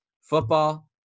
football